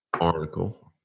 article